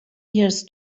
years